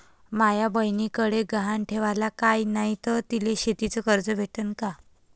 माया बयनीकडे गहान ठेवाला काय नाही तर तिले शेतीच कर्ज भेटन का?